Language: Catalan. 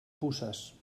puces